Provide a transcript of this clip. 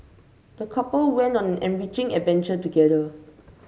the couple went on an enriching adventure together